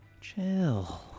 Chill